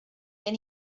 then